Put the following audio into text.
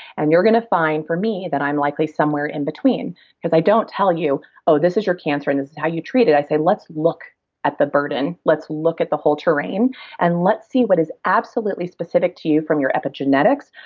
and you're going to find for me that i'm likely somewhere in between because i don't tell you oh, this is your cancer and this is how you treat it. i say let's look at the burden. let's look at the whole terrain and let's see what is absolutely specific to you from your epigenetics,